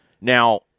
Now